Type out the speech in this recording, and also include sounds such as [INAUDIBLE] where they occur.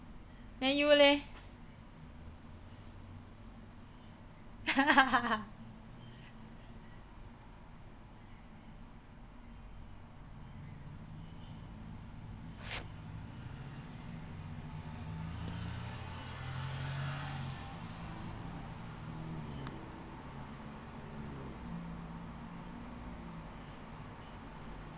then you leh [LAUGHS]